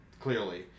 clearly